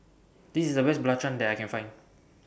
This IS The Best Belacan that I Can Find